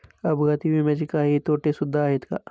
अपघाती विम्याचे काही तोटे सुद्धा आहेत का?